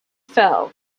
fell